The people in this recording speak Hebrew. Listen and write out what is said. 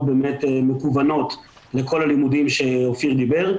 מקוונות לכל הלימודים שאופיר דיבר עליהם.